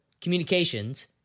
communications